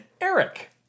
Eric